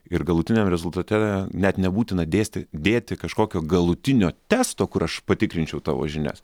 ir galutiniam rezultate net nebūtina dėsti dėti kažkokio galutinio testo kur aš patikrinčiau tavo žinias